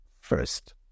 first